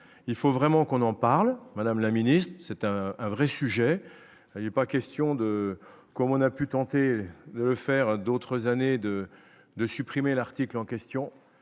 il faut vraiment qu'on en parle, madame la ministre, c'est un un vrai sujet et pas question de comme on a pu tenter faire d'autres années de de supprimer l'article en question